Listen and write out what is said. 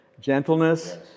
gentleness